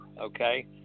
Okay